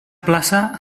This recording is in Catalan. plaça